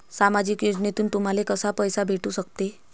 सामाजिक योजनेतून तुम्हाले कसा पैसा भेटू सकते?